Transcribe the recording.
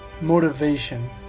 motivation